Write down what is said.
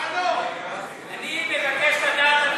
אני מבקש לדעת,